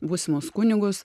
būsimus kunigus